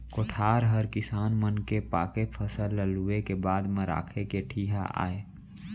कोठार हर किसान मन के पाके फसल ल लूए के बाद म राखे के ठिहा आय